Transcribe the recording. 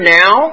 now